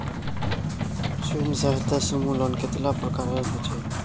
स्वयं सहायता समूह लोन कतेला प्रकारेर होचे?